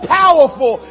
powerful